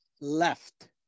left